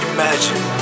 Imagine